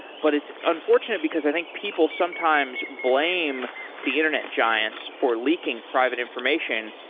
but it's unfortunate, because i think people sometimes blame the internet giants for leaking private information,